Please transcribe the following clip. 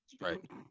Right